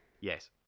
Yes